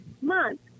month